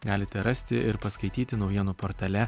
galite rasti ir paskaityti naujienų portale